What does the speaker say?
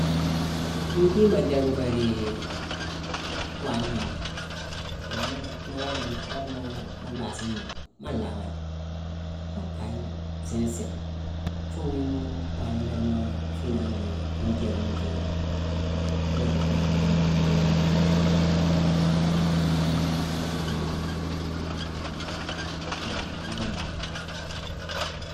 Ignoju tiibade déck nféé dii waagne mangh langhi. Purké mu la-mu-worama-mu-loo-worama mu lhaasini gnotu, maa laakani. Mu kaye sini sine, foo wiima waagna nlhaa dimo fiinangh lhéé mu ntéékama ntééka, mu la rootu yééma mu tiinaa nini nangh maa bhuuma. Ghuna miine mbuu kala-ghuna miine mbuu kala.